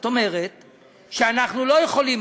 היא שאנחנו לא יכולים,